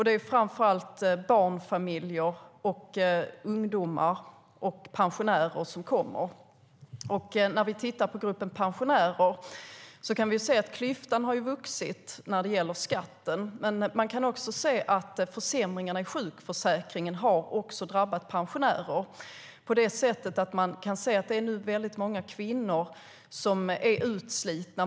Det är framför allt barnfamiljer, ungdomar och pensionärer som kommer dit. När vi tittar på gruppen pensionärer kan vi se att klyftan har ökat när det gäller skatten. Vi kan också se att försämringarna i sjukförsäkringen har drabbat pensionärer på det sättet att väldigt många kvinnor är utslitna.